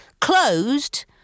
closed